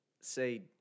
say